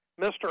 Mr